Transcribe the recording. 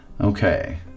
okay